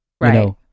Right